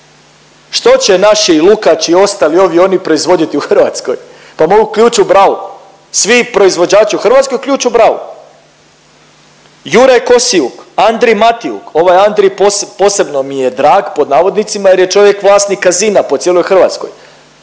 Što će naši Lukač i ostali ovi, oni proizvoditi u Hrvatskoj? Pa mogu ključ u bravu, svi proizvođači u Hrvatskoj ključ u bravu. Juraj Kosiuk, Andrey Matiukha, ovaj Andreya, posebno mi je drag, pod navodnicima jer je čovjek vlasnik kasina po cijeloj Hrvatskoj,